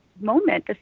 moment